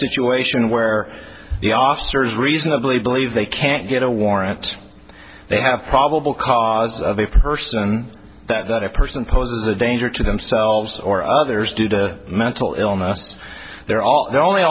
situation where the officers reasonably believe they can get a warrant they have probable cause of a person that a person poses a danger to themselves or others due to mental illness there are the only